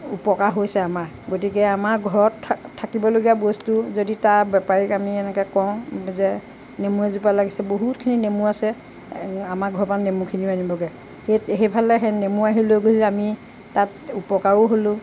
উপকাৰ হৈছে আমাৰ গতিকে আমাৰ ঘৰত থাক থাকিবলগীয়া বস্তু যদি তাৰ বেপাৰীক আমি এনেকে কওঁ যে নেমু এজোপা লাগিছে বহুতখিনি নেমু আছে আমাৰ ঘৰৰ পৰা নেমুখিনিও আনিবগে সেই সেইফালে সেই নেমু আহি লৈ গ'লে আমি উপকাৰো হলোঁ